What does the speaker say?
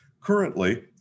Currently